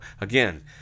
again